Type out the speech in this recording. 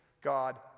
God